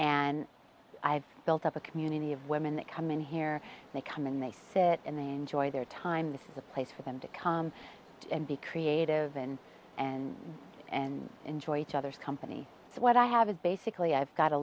and i have built up a community of women that come in here they come in they sit and they enjoy their time this is a place for them to come and be creative and and and enjoy each other's company so what i have is basically i've got a